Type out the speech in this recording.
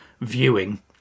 viewing